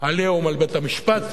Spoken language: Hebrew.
"עליהום" על בית-המשפט,